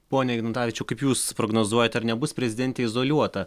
pone ignatavičiau kaip jūs prognozuojat ar nebus prezidentė izoliuota